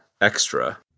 extra